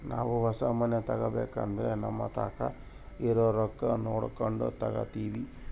ನಾವು ಹೊಸ ಮನೆ ತಗಬೇಕಂದ್ರ ನಮತಾಕ ಇರೊ ರೊಕ್ಕ ನೋಡಕೊಂಡು ತಗಂತಿವಿ